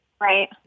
right